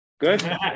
Good